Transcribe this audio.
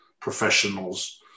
professionals